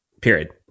Period